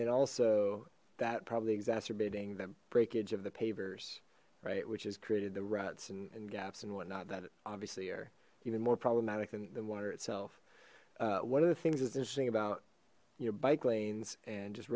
then also that probably exacerbating the breakage of the pavers right which has created the ruts and gaps and whatnot that obviously are even more problematic than the water itself one of the things that's interesting about your bike lanes and just